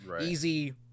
easy